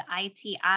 ITI